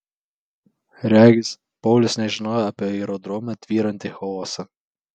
regis paulius nežinojo apie aerodrome tvyrantį chaosą